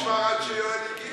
תאר לך שהחום נשמר עד שיואל הגיע.